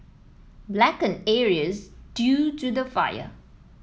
blackened areas due to the fire